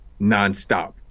nonstop